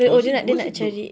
was it was it the